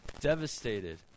devastated